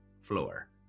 floor